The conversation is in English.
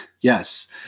Yes